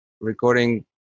recording